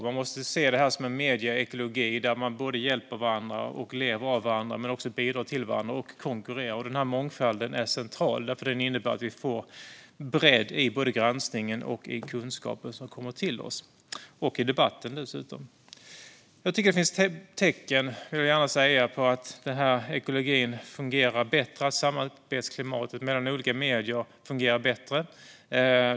Man måste se detta som en medieekologi där medierna både hjälper och lever av varandra, men också bidrar till och konkurrerar med varandra. Den här mångfalden är central, för den innebär att vi får en bredd i både granskningen och den kunskap som kommer till oss - och dessutom i debatten. Jag vill gärna säga att jag tycker att det finns tecken på att den här ekologin och samarbetsklimatet mellan olika medier fungerar bättre.